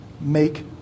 Make